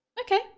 okay